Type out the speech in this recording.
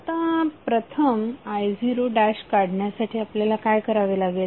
आता प्रथम i0 काढण्यासाठी आपल्याला काय करावे लागेल